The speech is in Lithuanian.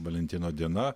valentino diena